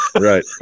right